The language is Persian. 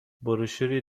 بروشوری